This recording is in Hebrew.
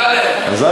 אז,